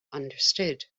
understood